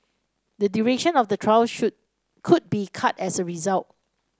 the duration of the trial should could be cut as a result